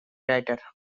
writer